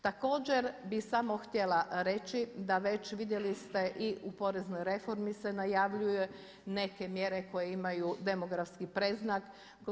Također bih samo htjela reći, da već vidjeli ste i u poreznoj reformi se najavljuju neke mjere koje imaju demografski predznak.